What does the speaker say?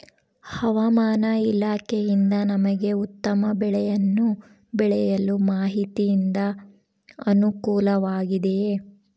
ಹವಮಾನ ಇಲಾಖೆಯಿಂದ ನಮಗೆ ಉತ್ತಮ ಬೆಳೆಯನ್ನು ಬೆಳೆಯಲು ಮಾಹಿತಿಯಿಂದ ಅನುಕೂಲವಾಗಿದೆಯೆ?